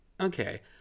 okay